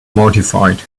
mortified